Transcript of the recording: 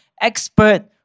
Expert